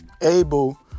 able